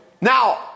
Now